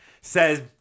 says